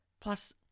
Plus